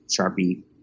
Sharpie